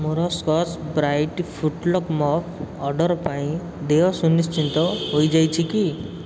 ମୋର Scotch Brite footlock mop order ପାଇଁ ଦେୟ ସୁନିଶ୍ଚିତ ହୋଇଯାଇଛି କି